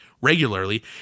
regularly